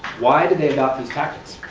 why did they adopt these tactics?